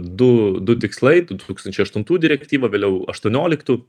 du du tikslai du tūkstančiai aštuntų direktyva vėliau aštuonioliktų